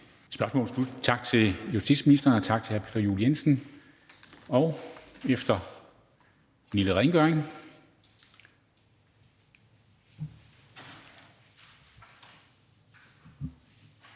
Spørgsmålet er slut. Tak til udenrigsministeren, og tak til hr. Peter Juel-Jensen. Efter en lille rengøring